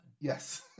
Yes